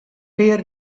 pear